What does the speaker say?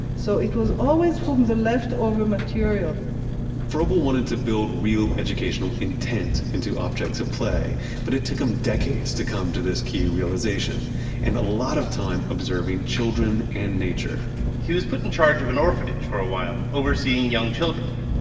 so it was always from the leftover material froebel wanted to build real educational intent into objects of play but it took him decades to come to this key realization and a lot of time observing children and nature he was put in charge of an orphanage for a while, overseeing young children.